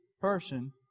person